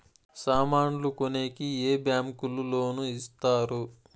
సామాన్లు కొనేకి ఏ బ్యాంకులు లోను ఇస్తారు?